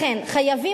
לכן חייבים,